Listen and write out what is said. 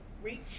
Reach